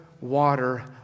water